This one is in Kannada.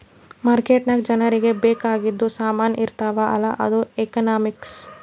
ಮಾರ್ಕೆಟ್ ನಾಗ್ ಜನರಿಗ ಬೇಕ್ ಆಗಿದು ಸಾಮಾನ್ ಇರ್ತಾವ ಅಲ್ಲ ಅದು ಎಕನಾಮಿಕ್ಸ್